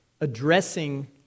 addressing